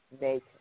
make